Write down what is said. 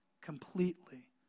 completely